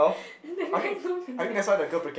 the guy has no fingers